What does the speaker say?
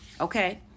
okay